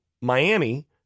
Miami